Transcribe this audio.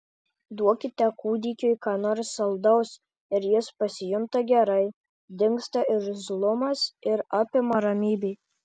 duokite kūdikiui ką nors saldaus ir jis pasijunta gerai dingsta irzlumas ir apima ramybė